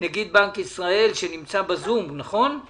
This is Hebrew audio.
נגיד בנק ישראל, שנמצא בזום, אני